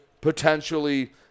potentially